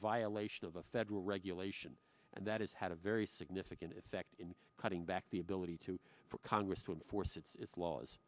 violation of a federal regulation and that is had a very significant effect in cutting back the ability to for congress would force its laws